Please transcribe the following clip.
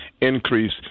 increase